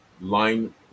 line